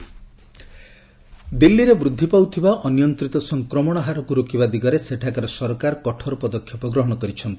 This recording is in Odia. କୋଭିଡ୍ ଦିଲ୍ଲୀରେ ବୃଦ୍ଧି ପାଉଥିବା ଅନିୟନ୍ତିତ ସଂକ୍ରମଣ ହାରକ୍ ରୋକିବା ଦିଗରେ ସେଠାକାର ସରକାର କଠୋର ପଦକ୍ଷେପ ଗ୍ରହଣ କରିଛନ୍ତି